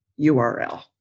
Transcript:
URL